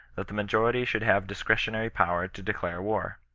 that the majority should have dis cretionary power to declare war.